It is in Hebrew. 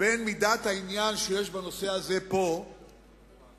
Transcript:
בין מידת העניין שיש בנושא הזה פה ובין